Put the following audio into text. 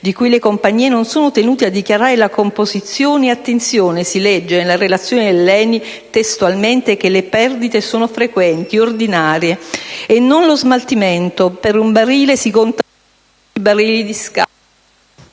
di cui le compagnie non sono tenute a dichiarare la composizione, e attenzione, si legge dalla relazione dell'ENI testualmente che «le perdite sono frequenti», ordinarie, e con lo smaltimento, per un barile si contano ben 10 barili di scarto...